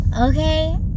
Okay